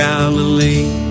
Galilee